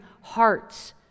hearts